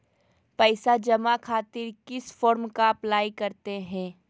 पैसा जमा खातिर किस फॉर्म का अप्लाई करते हैं?